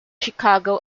chicago